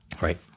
right